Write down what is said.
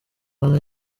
bana